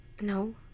No